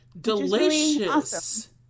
Delicious